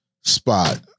spot